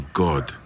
god